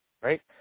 right